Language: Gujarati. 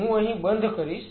હું અહીં બંધ કરીશ